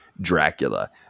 Dracula